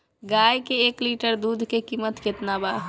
गाए के एक लीटर दूध के कीमत केतना बा?